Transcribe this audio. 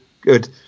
Good